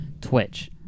Twitch